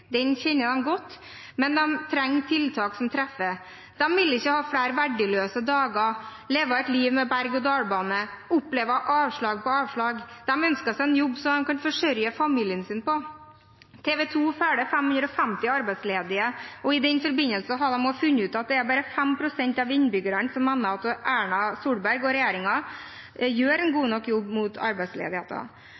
den kjenner de godt, de trenger tiltak som treffer. De vil ikke ha flere verdiløse dager, leve et liv med berg-og-dal-bane, oppleve avslag på avslag. De ønsker seg en jobb, så de kan forsørge familien sin. TV 2 følger 550 arbeidsledige, og i den forbindelse har de også funnet ut at det bare er 5 pst. av innbyggerne som mener at Erna Solberg og regjeringen gjør en god